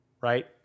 right